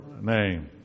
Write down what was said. name